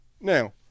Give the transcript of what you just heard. Now